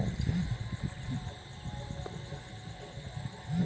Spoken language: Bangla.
বিভিন্ন রকমের পোল্ট্রি ব্রিড নিয়ে তাদের চাষ করা হয়